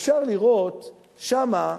אפשר לראות שם,